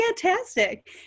fantastic